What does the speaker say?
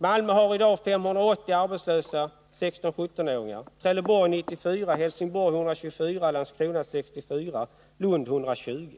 Malmö har i dag 580 arbetslösa 16-17-åringar, Trellborg har 94, Helsingborg 124, Landskrona 64 och Lund 120.